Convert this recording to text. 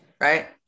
Right